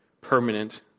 permanent